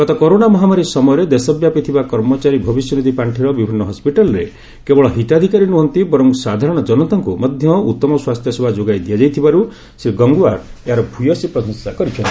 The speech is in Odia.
ଗତ କରୋନା ମହାମାରୀ ସମୟରେ ଦେଶବ୍ୟାପୀ ଥିବା କର୍ମଚାରୀ ଭବିଷ୍ୟନିଧି ପାର୍ଷିର ବିଭିନ୍ନ ହସ୍ପିଟାଲରେ କେବଳ ଏହା ହିତାଧିକାରୀ ନୁହଁନ୍ତି ବର୍ଚ୍ଚ ସାଧାରଣ ଜନତାଙ୍କୁ ମଧ୍ୟ ଉତ୍ତମ ସ୍ୱାସ୍ଥ୍ୟସେବା ଯୋଗାଇ ଦିଆଯାଇଥିବାରୁ ଶ୍ରୀ ଗଙ୍ଗଓ୍ୱାର ଭୟସୀ ପ୍ରଶଂସା କରିଛନ୍ତି